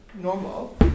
normal